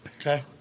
Okay